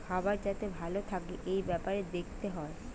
খাবার যাতে ভালো থাকে এই বেপারে দেখতে হয়